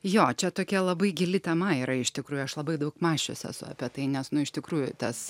jo čia tokia labai gili tema yra iš tikrųjų aš labai daug mąsčius esu apie tai nes nu iš tikrųjų tas